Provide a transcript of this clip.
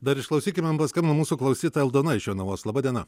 dar išklausykime paskambino mūsų klausytoja aldona iš jonavos laba diena